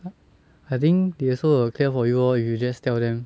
I think they also will clear for you lor if you just tell them